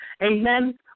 Amen